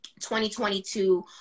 2022